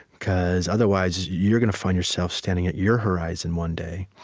because, otherwise, you're going to find yourself standing at your horizon one day,